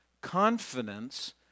confidence